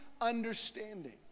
understanding